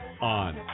on